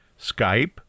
Skype